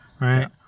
right